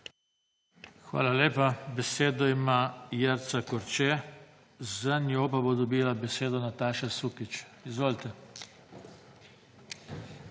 Hvala lepa. Besedo ima Jerca Korče, za njo pa bo dobila besedo Nataša Sukič. Izvolite.